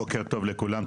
בוקר טוב לכולם,